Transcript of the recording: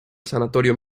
sanatorio